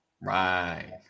Right